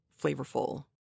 flavorful